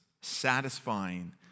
satisfying